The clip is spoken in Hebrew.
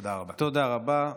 תודה רבה.